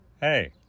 Hey